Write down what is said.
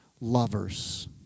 lovers